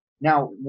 Now